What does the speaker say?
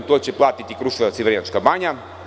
To će platiti Kruševac i Vrnjačka Banja.